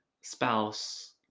spouse